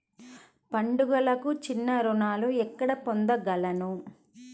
పండుగలకు చిన్న రుణాలు ఎక్కడ పొందగలను?